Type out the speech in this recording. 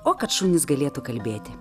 o kad šunys galėtų kalbėti